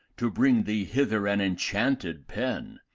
to bring thee hither an enchanted pen,